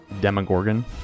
Demogorgon